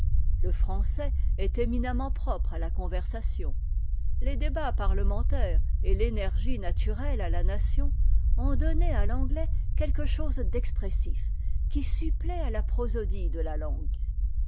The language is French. le français est éminemment propre à la conversation les débats parlementaires et l'énergie naturelle à la nation ont donné à l'anglais quelque chose d'expressif qui supplée à la prosodie de la langue